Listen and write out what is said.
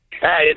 Hey